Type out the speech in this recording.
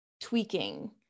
tweaking